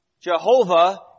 Jehovah